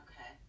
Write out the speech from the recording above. Okay